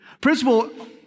Principle